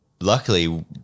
Luckily